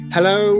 Hello